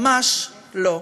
ממש לא.